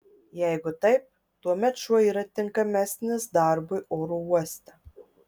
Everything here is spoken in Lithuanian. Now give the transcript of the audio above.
jeigu taip tuomet šuo yra tinkamesnis darbui oro uoste